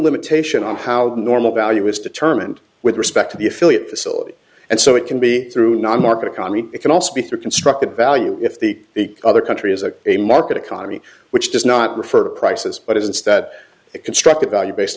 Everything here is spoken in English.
limitation on how the normal value is determined with respect to the affiliate facility and so it can be through non market economy it can also be through constructed value if the other country is a market economy which does not refer to prices but is instead a constructed value based